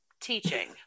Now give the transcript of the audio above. teaching